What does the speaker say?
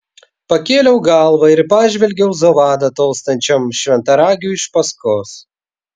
pakėliau galvą ir pažvelgiau zovada tolstančiam šventaragiui iš paskos